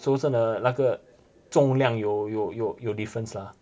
so 真的那个重量有有有 difference lah